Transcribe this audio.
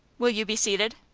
will you be seated?